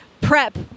prep